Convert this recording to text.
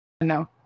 No